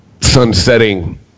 sunsetting